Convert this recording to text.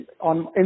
on